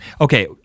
Okay